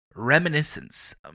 reminiscence